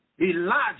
Elijah